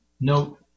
note